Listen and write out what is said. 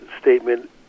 statement